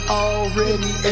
already